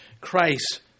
Christ